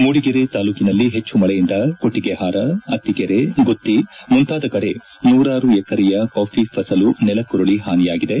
ಮೂಡಿಗೆರೆ ತಾಲೂಕಿನಲ್ಲಿ ಹೆಚ್ಚು ಮಳೆಯಿಂದ ಕೊಟ್ಟಿಗೆಹಾರ ಅತ್ತಿಗೆರೆ ಗುತ್ತಿ ಮುಂತಾದ ಕಡೆ ನೂರಾರು ಎಕರೆಯ ಕಾಫಿ ಫಸಲು ನೆಲಕುರುಳಿ ಹಾನಿಯಾಗಿದೆ